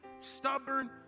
stubborn